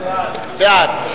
בעד.